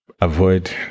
avoid